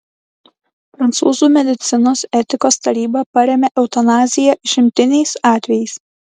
prancūzų medicinos etikos taryba parėmė eutanaziją išimtiniais atvejais